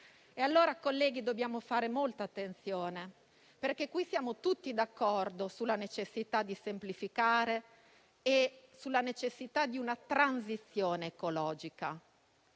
esempio. Colleghi, dobbiamo fare molta attenzione. Qui siamo tutti d'accordo sulla necessità di semplificare e sulla necessità di una transizione ecologica,